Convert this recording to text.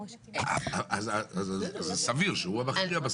אז זה סביר שהוא המכריע.